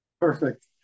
Perfect